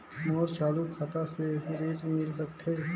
मोर चालू खाता से ऋण मिल सकथे?